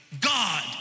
God